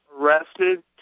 arrested